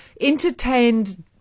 entertained